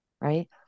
right